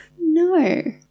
No